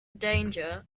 danger